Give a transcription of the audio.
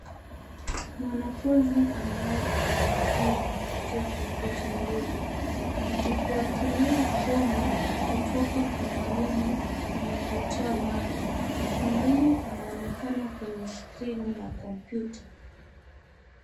Mwanafunzi ambaye anajifunza kupitia kompyuta ndogo, akifuatilia somo kutoka kwa mwalimu anayetoa mada. Mwalimu anaonekana kwenye skrini ya kompyuta.